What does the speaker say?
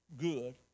good